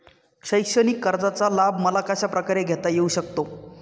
शैक्षणिक कर्जाचा लाभ मला कशाप्रकारे घेता येऊ शकतो?